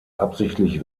absichtlich